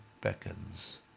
beckons